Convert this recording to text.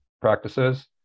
practices